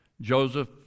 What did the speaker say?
Joseph